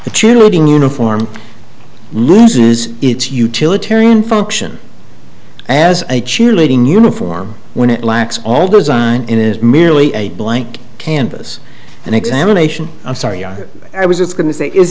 the cheerleading uniform loses its utilitarian function as a cheerleading uniform when it lacks all those on it is merely a blank canvas and examination i'm sorry are i was just going to say is